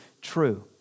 true